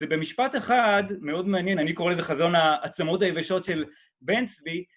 ובמשפט אחד, מאוד מעניין, אני קורא לזה חזון העצמות היבשות של בן צבי